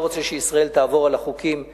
רוצה שישראל תעבור על החוקים הבין-לאומיים,